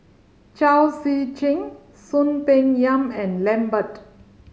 Chao Zee Cheng Soon Peng Yam and Lambert